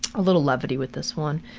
a little levity with this one.